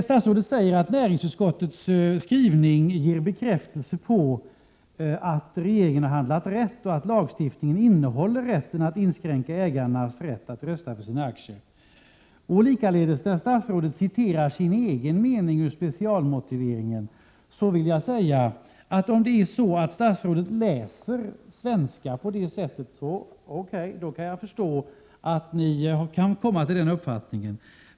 Statsrådet säger nu att näringsutskottets skrivning bekräftar att regeringen har handlat rätt och att lagstiftningen innehåller bestämmelser om möjlighet att inskränka ägarnas rätt att rösta för sina aktier. Statsrådet citerar också den mening han själv anfört i specialmotiveringen. Då vill jag säga att om statsrådet läser svenska på det sättet, så O.K. — då kan jag förstå att ni kan komma till den här uppfattningen.